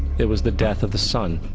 it was the death of the sun.